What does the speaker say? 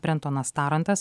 brentonas tarantas